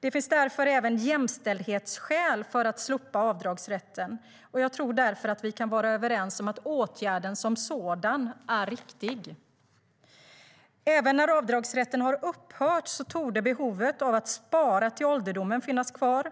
Det finns således även jämställdhetsskäl för att slopa avdragsrätten, och jag tror därför vi kan vara överens om att åtgärden som sådan är riktig. Även när avdragsrätten har upphört torde behovet av att spara till ålderdomen finnas kvar,